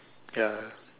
ya